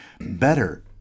better